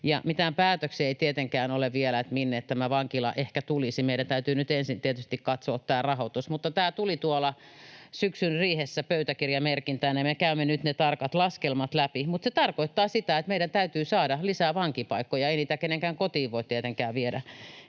Mitään päätöksiä ei tietenkään ole vielä siitä, minne tämä vankila ehkä tulisi, ja meidän täytyy nyt ensin tietysti katsoa tämä rahoitus, mutta tämä tuli tuolla syksyn riihessä pöytäkirjamerkintänä, ja me käymme nyt ne tarkat laskelmat läpi. Mutta se tarkoittaa sitä, että meidän täytyy saada lisää vankipaikkoja. Ei niitä kenenkään kotiin voi tietenkään viedä